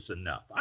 enough